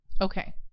Okay